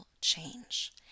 change